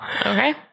Okay